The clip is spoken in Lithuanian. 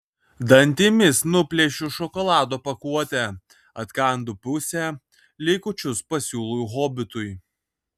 dantimis nuplėšiu šokolado pakuotę atkandu pusę likučius pasiūlau hobitui